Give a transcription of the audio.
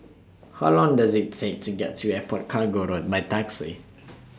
How Long Does IT Take to get to Airport Cargo Road By Taxi